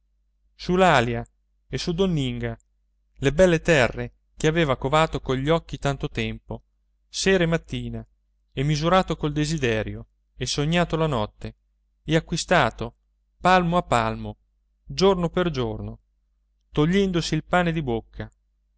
su l'alìa e su donninga le belle terre che aveva covato cogli occhi tanto tempo sera e mattina e misurato col desiderio e sognato la notte e acquistato palmo a palmo giorno per giorno togliendosi il pane di bocca